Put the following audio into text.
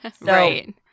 Right